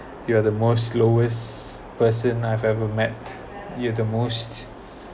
you are the more slowest person I've ever met you are the most